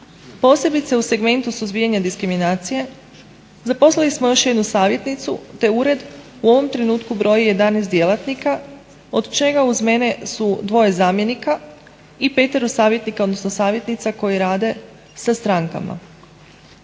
posebice u segmentu suzbijanja diskriminacije. Zaposlili smo još jednu savjetnicu, te ured u ovom trenutku broji 11 djelatnika od čega uz mene su dvoje zamjenika i petero savjetnika odnosno savjetnica